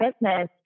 business